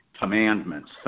commandments